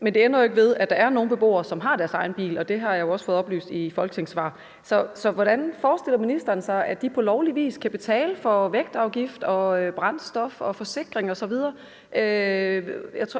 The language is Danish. Men det ændrer jo ikke på, at der er nogle beboere, som har deres egen bil, og det har jeg jo også fået oplyst i et folketingssvar. Så hvordan forestiller ministeren sig at de på lovlig vis kan betale for vægtafgift, brændstof, forsikring osv.?